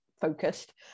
focused